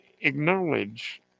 acknowledge